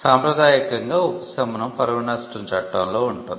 సాంప్రదాయకంగా ఉపశమనం 'పరువు నష్టం' చట్టంలో ఉంటుంది